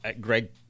Greg